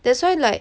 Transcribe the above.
that's why like